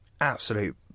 absolute